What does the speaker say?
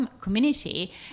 community